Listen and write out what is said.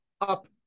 Up